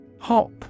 HOP